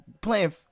playing